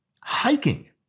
hiking